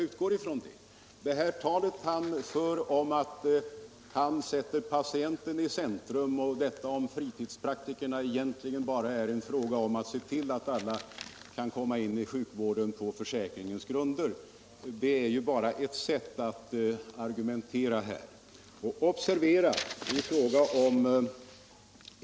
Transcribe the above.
Det tal han för om att han vill sätta patienten i centrum och att detta om fritidspraktikerna egentligen bara är en fråga om att se till att alla kan komma in i sjukvården på försäkringens villkor, är ju bara ett sätt att argumentera.